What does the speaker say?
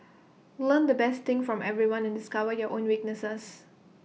learn the best things from everyone and discover your own weaknesses